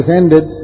ended